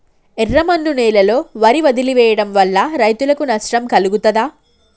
ఎర్రమన్ను నేలలో వరి వదిలివేయడం వల్ల రైతులకు నష్టం కలుగుతదా?